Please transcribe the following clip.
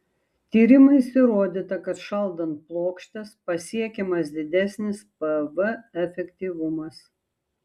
tyrimais įrodyta kad šaldant plokštes pasiekiamas didesnis pv efektyvumas